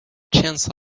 chance